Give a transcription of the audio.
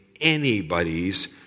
anybody's